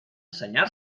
senyar